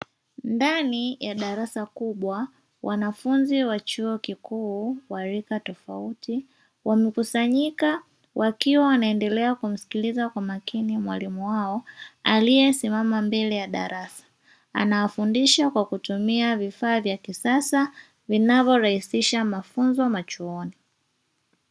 Ndani ya darasa kubwa, wanafunzi wa chuo kikuu wa rika tofauti wamekusanyika wakiwa wanaendelea kumsikiliza kwa makini mwalimu wao aliyesimama mbele ya darasa. Anafundisha kwa kutumia vifaa vya kisasa vinavyorahisisha mafunzo machuoni.